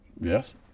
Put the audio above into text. yes